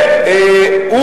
פופוליזם, פופוליזם זול.